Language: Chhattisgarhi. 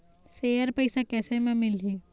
शेयर पैसा कैसे म मिलही?